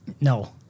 No